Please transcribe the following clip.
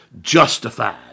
justified